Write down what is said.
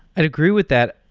i'd agree with that,